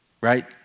right